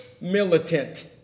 militant